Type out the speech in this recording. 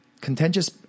contentious